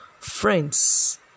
Friends